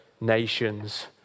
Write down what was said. nations